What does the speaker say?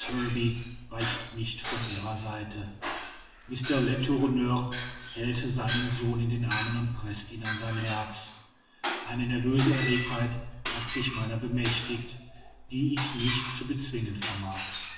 weicht nicht von ihrer seite mr letourneur hält seinen sohn in den armen und preßt ihn an sein herz eine nervöse erregtheit hat sich meiner bemächtigt die ich nicht zu bezwingen vermag